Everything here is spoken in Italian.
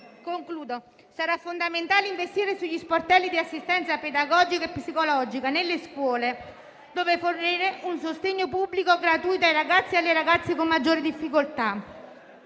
figli. Sarà fondamentale investire sugli sportelli di assistenza pedagogica e psicologica nelle scuole, dove fornire un sostegno pubblico gratuito ai ragazzi e alle ragazze con maggiore difficoltà.